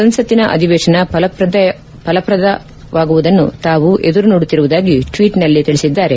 ಸಂಸತ್ತಿನ ಅಧಿವೇಶನ ಫಲಪ್ರದಾಯಕವಾಗುವುದನ್ನು ತಾವು ಎದುರು ನೋಡುತ್ತಿರುವುದಾಗಿ ಟ್ವೀಟ್ನಲ್ಲಿ ತಿಳಿಸಿದ್ದಾರೆ